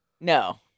no